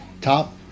top